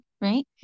right